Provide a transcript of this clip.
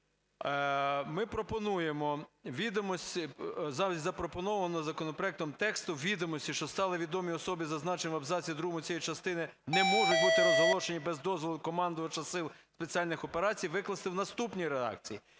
Ми пропонуємо відомості... із запропонованого законопроектом тексту "відомості, що стали відомі особі, зазначені в абзаці другому цієї частини, не можуть бути розголошені без дозволу командувача Сил спеціальних операцій" викласти в наступній редакції: